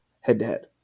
head-to-head